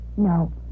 No